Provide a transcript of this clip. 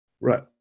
right